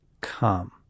come